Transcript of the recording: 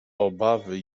obawy